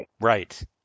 Right